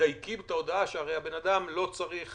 מדייקים את ההודעה, שהרי הבן אדם לא צריך